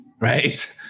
right